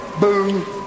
Boom